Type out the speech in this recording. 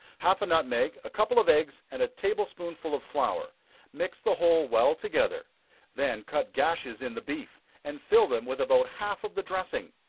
half a nutmeg, a couple of eggs, and a table spoonful of flour mix the whole well together then cut gashes in the beef, and fill them with about half of the dressing,